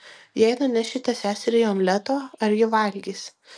jei nunešite seseriai omleto ar ji valgys